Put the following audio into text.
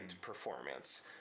performance